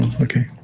Okay